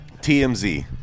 TMZ